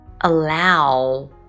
Allow